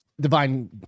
Divine